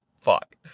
fuck